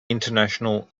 international